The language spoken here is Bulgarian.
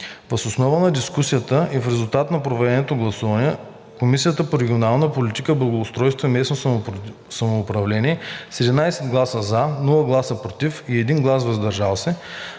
Въз основа на дискусията и в резултат на проведеното гласуване, Комисията по регионална политика, благоустройство и местно самоуправление, с 11 гласа „за“, без „против“ и 1 глас „въздържал се“,